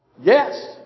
Yes